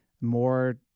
more